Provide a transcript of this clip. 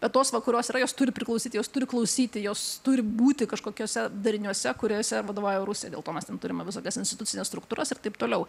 bet tos va kurios yra jos turi priklausyti jos turi klausyti jos turi būti kažkokiuose dariniuose kuriuose ir vadovauja rusija dėl to mes turime visokias institucines struktūras ir taip toliau